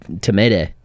tomato